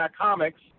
Comics